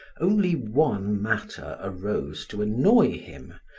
only one matter arose to annoy him,